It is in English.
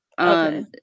okay